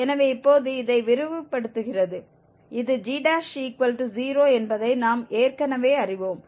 எனவே இப்போது இதை விரிவுபடுத்துகிறது இது g0 என்பதை நாம் ஏற்கனவே அறிவோம்